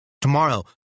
Tomorrow